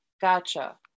Gotcha